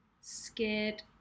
scared